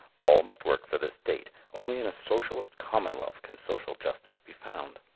all must work for the state only in a socialist commonwealth can social justice be found.